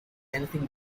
anything